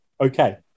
okay